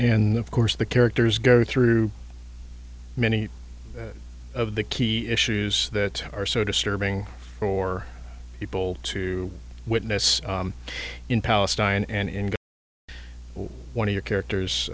and of course the characters go through many of the key issues that are so disturbing for people to witness in palestine and one of your characters